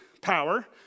power